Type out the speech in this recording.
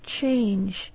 change